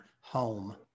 home